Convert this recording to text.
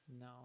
No